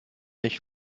nicht